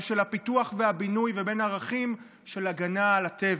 של הפיתוח והבינוי ובין הערכים של הגנה על הטבע.